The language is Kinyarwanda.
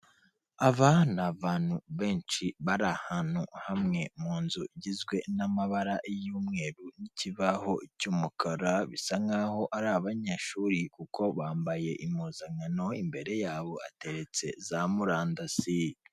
Aba ni abantu benshi bari ahantu hamwe mu nzu igizwe n'amabara y'umweru n'ikibaho cy'umukara, bisa nkaho ari abanyeshuri kuko bambaye impuzankano imbere yabo hateretse za murandasi.